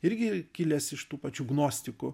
irgi kilęs iš tų pačių gnostikų